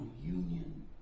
union